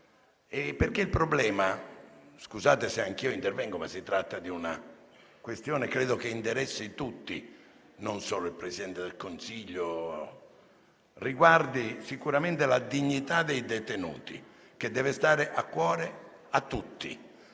Il problema - scusate se anch'io intervengo, ma si tratta di una questione che credo interessi tutti, e non solo il Presidente del Consiglio - riguarda sicuramente la dignità dei detenuti, che deve stare a cuore a tutti,